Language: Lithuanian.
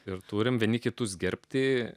ir turime vieni kitus gerbti